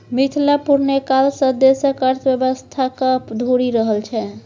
मिथिला पुरने काल सँ देशक अर्थव्यवस्थाक धूरी रहल छै